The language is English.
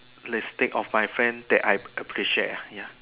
let's think of my friend that I appreciate ya